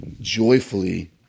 joyfully